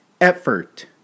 effort